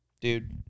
Dude